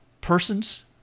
persons